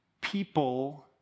people